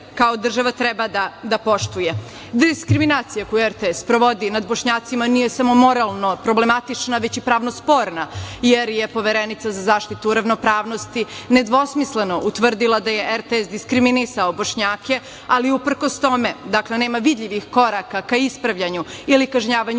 kao država treba da poštuje. Diskriminacija koju RTS sprovodi nad Bošnjacima nije samo moralno problematična, već i pravno sporna, jer je Poverenica za zaštitu ravnopravnosti nedvosmisleno utvrdila da je RTS diskriminisao Bošnjake, ali, uprkos tome, nema vidljivih koraka ka ispravljanju ili kažnjavanju